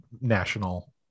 national